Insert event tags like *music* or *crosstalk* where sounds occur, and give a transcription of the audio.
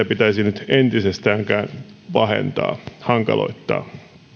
*unintelligible* pitäisi nyt entisestään hankaloittaa